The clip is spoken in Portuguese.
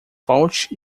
volte